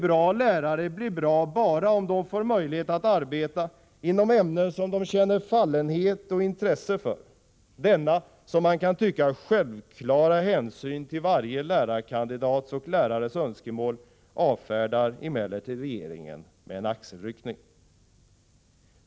Bra lärare blir bra bara om de får möjlighet att arbeta inom ämnen som de känner fallenhet och intresse för. Denna, som man kan tycka självklara, hänsyn till varje lärarkandidats och lärares önskemål avfärdar emellertid regeringen med en axelryckning.